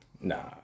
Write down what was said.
Nah